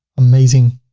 amazing.